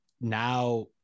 now